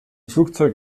flugzeug